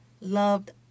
loved